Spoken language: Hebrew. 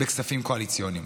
בכספים קואליציוניים.